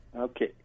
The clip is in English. Okay